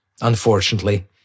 unfortunately